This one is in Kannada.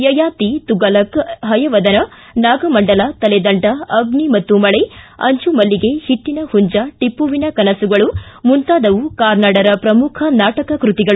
ಯಯಾತಿ ತುಫಲಕ್ ಹಯವದನ ನಾಗಮಂಡಲ ತಲೆದಂಡ ಅಗ್ನಿ ಮತ್ತು ಮಳೆ ಅಂಜುಮಳ್ಳಿಗೆ ಹಿಟ್ಟನ ಹುಂಜ ಟಿಪ್ಪುವಿನ ಕನಸುಗಳು ಮುಂತಾದವು ಕಾರ್ನಾಡರ ಪ್ರಮುಖ ನಾಟಕ ಕೃತಿಗಳು